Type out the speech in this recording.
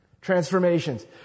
Transformations